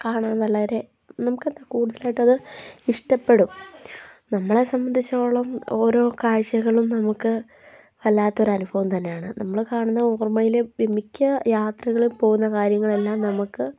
കാണാൻ വളരെ നമുക്ക് എന്താണ് കൂടുതലായിട്ട് അത് ഇഷ്ടപ്പെടും നമ്മളെ സംബന്ധിച്ചടത്തോളം ഓരോ കാഴ്ചകളും നമുക്ക് വല്ലാത്തൊരു അനുഭവം തന്നെയാണ് നമ്മൾ കാണുന്ന ഓർമയിൽ മിക്ക യാത്രകളും പോകുന്ന കാര്യങ്ങളെല്ലാം നമുക്ക്